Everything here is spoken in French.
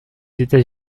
états